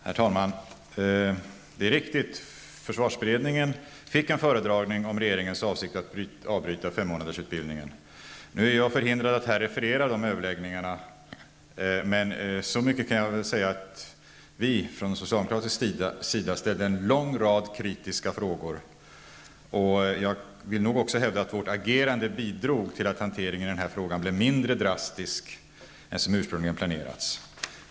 Herr talman! Det är riktigt att försvarsberedningen fick en föredragning om regeringens avsikt att avbryta femmånadersutbildningen. Nu är jag förhindrad att här referera de överläggningarna, men så mycket kan jag väl säga att vi från socialdemokratisk sida ställde en lång rad kritiska frågor. Jag vill nog också hävda att vårt agerande bidrog till att hanteringen av den här frågan blev mindre drastisk än som ursprungligen planerats.